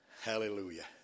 Hallelujah